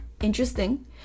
Interesting